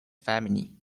family